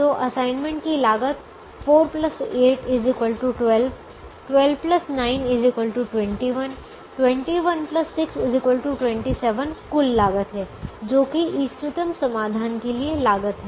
तो असाइनमेंट की लागत 4 8 12 12 9 21 21 6 27 कुल लागत है जो कि इष्टतम समाधान के लिए लागत है